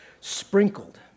sprinkled